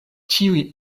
ĉiuj